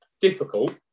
difficult